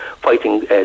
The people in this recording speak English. Fighting